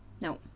No